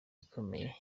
ikomeye